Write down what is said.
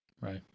Right